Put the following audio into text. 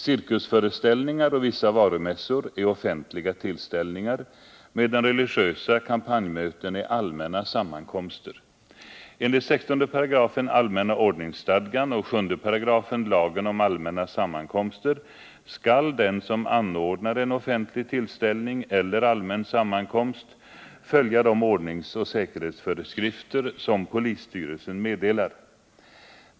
Cirkusföreställningar och vissa varumässor är offentliga tillställningar, medan religiösa kampanjmöten är allmänna sammankomster. Enligt 16§ allmänna ordningsstadgan och 75 lagen om allmänna sammankomster skall den som anordnar en offentlig tillställning eller allmän sammankomst följa de ordningsoch säkerhetsföreskrifter som polisstyrelsen meddelar.